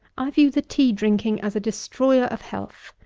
i view the tea drinking as a destroyer of health,